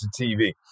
TV